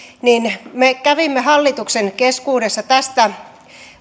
me kävimme hallituksen keskuudessa tästä